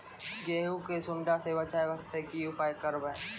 गहूम के सुंडा से बचाई वास्ते की उपाय करबै?